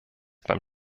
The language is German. beim